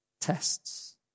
Tests